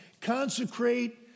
consecrate